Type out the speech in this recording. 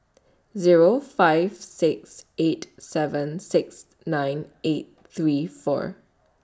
Zero five six eight seven six nine eight three four